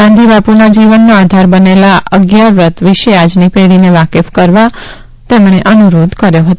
ગાંધી બાપુના જીવનનો આધાર બનેલા અગિયાર વ્રત વિશે આજની પેઢીને વાકેફ કરવા તેમણે અનુરોધ કર્યો હતો